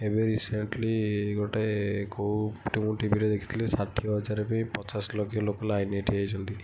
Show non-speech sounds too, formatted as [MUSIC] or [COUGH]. ଏବେ ରିସେଣ୍ଟଲି ଗୋଟେ କଉ [UNINTELLIGIBLE] ଟିଭିରେ ଦେଖିଥିଲି ଷାଠିଏ ହଜାର ପାଇଁ ପଚାଶ ଲକ୍ଷ ଲୋକ ଲାଇନ୍ରେ ଠିଆ ହେଇଛନ୍ତି